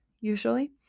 usually